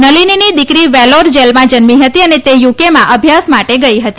નલીનીની દિકરી વેલોર જેલમાં જન્મી હતી અને તે યુકેમાં અભ્યાસ માટે ગઈ હતી